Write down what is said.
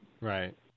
Right